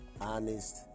honest